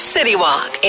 CityWalk